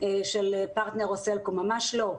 כמו מפרטנר לסלקום, ממש לא.